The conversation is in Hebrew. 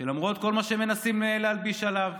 שלמרות כל מה שהם מנסים להלביש עליו,